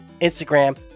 Instagram